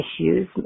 issues